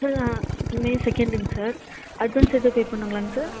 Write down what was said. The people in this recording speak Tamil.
சார் மே செகண்ட்ங்க சார் அட்வான்ஸ் எதாது பே பண்ணுங்களாங்க சார்